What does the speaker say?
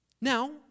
Now